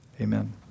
Amen